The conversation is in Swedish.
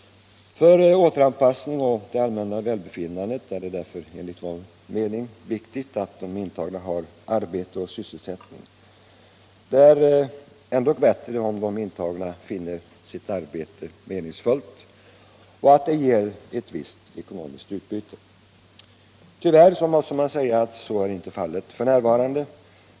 För återanpassning och för det allmänna välbefinnandet är det enligt vår mening viktigt att de intagna har arbete och sysselsättning. Det är ändå bättre om de intagna finner sitt arbete meningsfullt och att det ger ett ekonomiskt utbyte. Tyvärr måste man säga att så inte är fallet f.n.